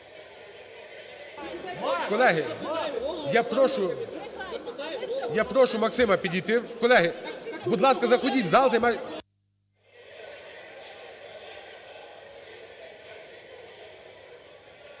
Колеги, я прошу Максима підійти. Колеги, будь ласка, заходіть в зал,